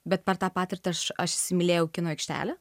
bet per tą patirtį aš aš įsimylėjau kino aikštelę